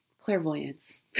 clairvoyance